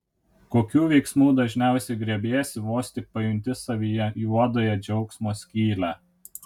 kokių veiksmų dažniausiai griebiesi vos tik pajunti savyje juodąją džiaugsmo skylę